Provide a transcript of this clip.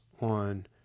on